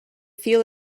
feel